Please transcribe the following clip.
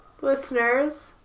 Listeners